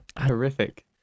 Horrific